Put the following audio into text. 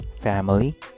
family